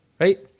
right